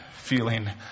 feeling